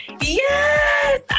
Yes